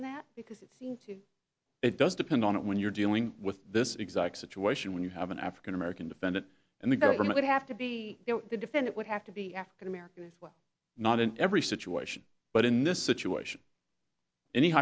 on that because it seems to it does depend on it when you're dealing with this exact situation when you have an african american defendant and the government would have to be the defendant would have to be african american as well not in every situation but in this situation any